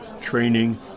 training